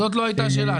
זאת לא הייתה השאלה.